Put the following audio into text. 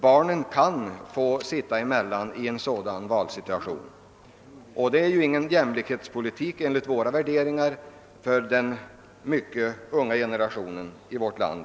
Barnen kan få sitta emellan i en sådan situation, och det är ju ingen jämlikhetspolitik, enligt våra värderingar, mot den mycket unga generationen i vårt land.